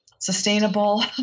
sustainable